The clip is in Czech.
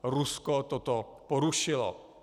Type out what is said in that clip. Rusko toto porušilo.